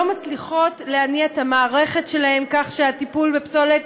לא מצליחות להניע את המערכת שלהן כך שהטיפול בפסולת,